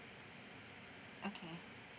okay